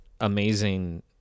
amazing